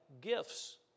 gifts